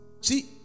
See